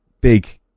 big